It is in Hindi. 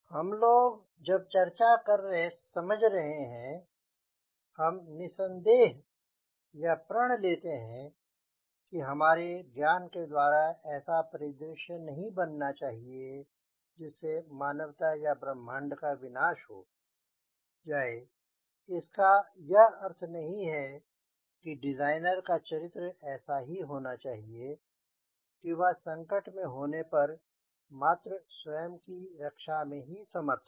हम लोग जब चर्चा कर समझ रहे हैं हम निसंदेह यह प्रण लेते हैं कि हमारे ज्ञान के द्वारा ऐसा परिदृश्य नहीं बनना चाहिए जिससे मानवता या ब्रह्मांड का विनाश हो जाए इसका यह अर्थ नहीं है कि डिज़ाइनर का चरित्र ऐसा होना चाहिए कि वह संकट में होने पर मात्र स्वयं की रक्षा में समर्थ हो